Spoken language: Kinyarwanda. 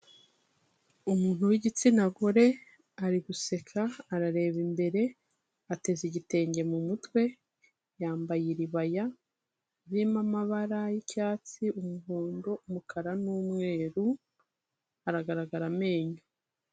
Umuntu w'igitsina gore, ari guseka, arareba imbere, ateze igitenge mu mutwe, yambaye iribaya, ririmo amabara y'icyatsi, umuhondo, umukara n'umweru, aragaragara amenyo.